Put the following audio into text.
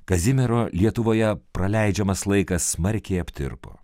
kazimiero lietuvoje praleidžiamas laikas smarkiai aptirpo